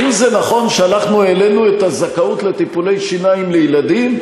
האם זה נכון שאנחנו העלינו את גיל הזכאות לטיפולי שיניים לילדים?